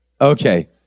Okay